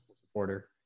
supporter